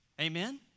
amen